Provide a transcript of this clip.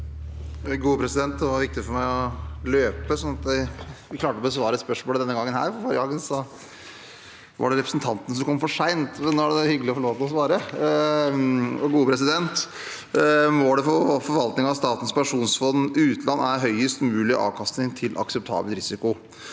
Det var viktig for meg å løpe, sånn at jeg klarte å besvare et spørsmål denne gangen. Forrige dagen var det representanten som kom for sent, men nå er det hyggelig å få lov til å svare. Målet for forvaltningen av Statens pensjonsfond utland er høyest mulig avkastning til akseptabel risiko.